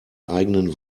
eigenen